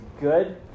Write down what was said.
good